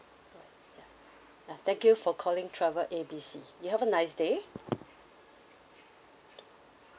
ya thank you for calling travel A B C you have a nice day